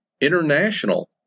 international